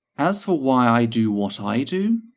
as for why i do what i do,